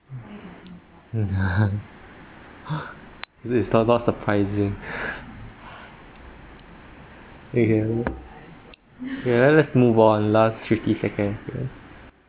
this is not not surprising you get what ya let's move on last fifty seconds leh